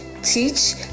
teach